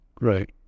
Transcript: right